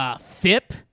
FIP